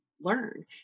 learn